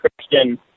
Christian